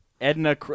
Edna